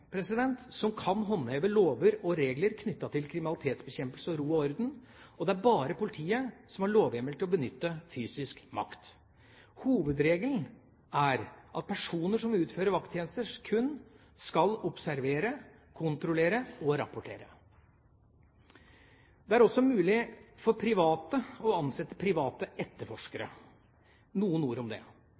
som kan håndheve lover og regler knyttet til kriminalitetsbekjempelse og ro og orden, og det er bare politiet som har lovhjemmel til å benytte fysisk makt. Hovedregelen er at personer som utfører vakttjenester, kun skal observere, kontrollere og rapportere. Det er også mulig for private å ansette private etterforskere. Noen ord om det.